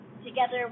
together